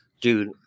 dude